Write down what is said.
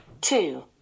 two